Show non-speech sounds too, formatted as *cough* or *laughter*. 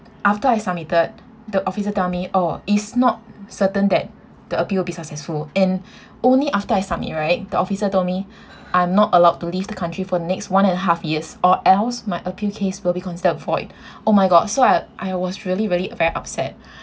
after I submitted the officer tell me oh is not certain that the appeal will be successful and *breath* only after I submit right the officer told me *breath* I'm not allowed to leave the country for next one and a half years or else my appeal case will be considered void *breath* oh my god so I I was really really very upset